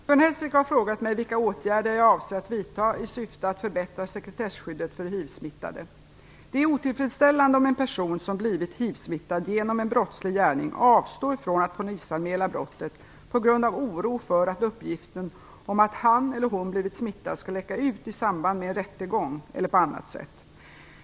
Fru talman! Gun Hellsvik har frågat mig vilka åtgärder jag avser att vidta i syfte att förbättra sekretesskyddet för hivsmittade. Det är otillfredsställande om en person som blivit hivsmittad genom en brottslig gärning avstår från att polisanmäla brottet på grund av oro för att uppgiften om att han eller hon blivit smittad skall läcka ut i samband med en rättegång eller på annat sätt.